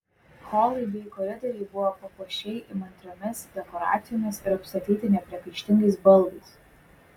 holai bei koridoriai buvo papuošei įmantriomis dekoracijomis ir apstatyti nepriekaištingais baldais